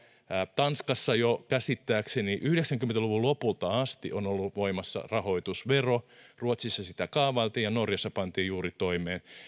tanskassa jo käsittääkseni yhdeksänkymmentä luvun lopulta asti on ollut voimassa rahoitusvero ruotsissa sitä kaavailtiin ja norjassa pantiin juuri toimeen